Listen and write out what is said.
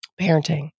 parenting